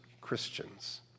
Christians